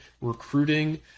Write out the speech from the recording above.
recruiting